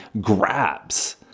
grabs